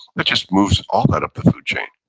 that just moves all that up the food chain.